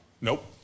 Nope